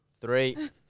Three